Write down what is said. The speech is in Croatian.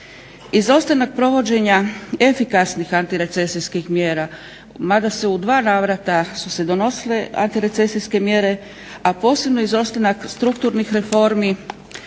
Izostanak provođenja efikasnih antirecesijskih mjera mada se u navrata su se donosile antirecesijske mjere, a posebno izostanak strukturnih reformi